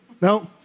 No